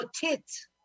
tits